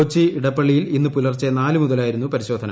കൊച്ചി ഇടപ്പള്ളിയിൽ ഇന്ന് പുലർച്ചെ നാല് മുതലായിരുന്നു പരിശോധന